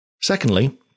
Secondly